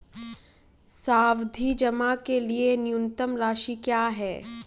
सावधि जमा के लिए न्यूनतम राशि क्या है?